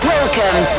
Welcome